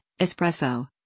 espresso